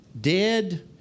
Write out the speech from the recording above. dead